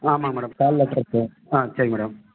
ஆ ஆமாங்க மேடம் காலைல கிடைக்கும் ஆ சரி மேடம்